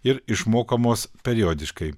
ir išmokamos periodiškai